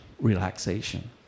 relaxation